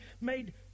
made